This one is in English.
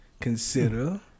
consider